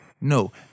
No